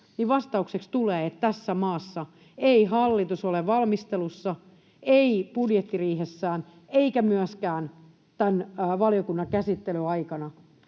vastaukseksi tulee, että tässä maassa ei hallitus ole valmistelussa, ei budjettiriihessään eikä myöskään tämän valiokunnan käsittelyn aikana